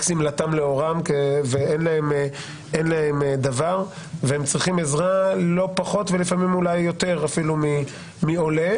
אין להם דבר והם צריכים עזרה לא פחות ואולי אפילו יותר מעולה.